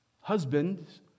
Husbands